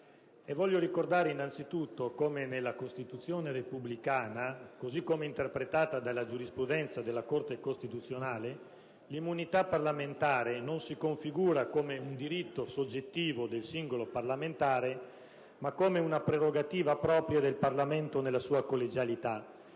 Vorrei ricordare innanzitutto come nella Costituzione repubblicana, come interpretata dalla giurisprudenza della Corte costituzionale, l'immunità parlamentare non si configura come un diritto soggettivo del singolo parlamentare, ma come una prerogativa propria del Parlamento nella sua collegialità,